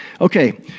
Okay